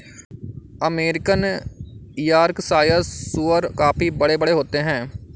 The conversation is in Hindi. अमेरिकन यॅार्कशायर सूअर काफी बड़े बड़े होते हैं